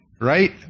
right